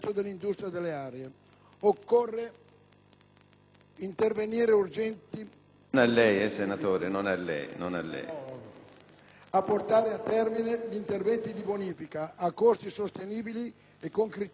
Occorrono interventi urgenti indirizzati: a portare a termine gli interventi di bonifica, a costi sostenibili e con criteri procedurali certi;